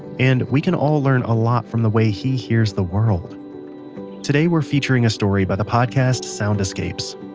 and we can all learn a lot from the way he hears the world today we're featuring a story by the podcast sound escapes.